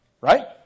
Right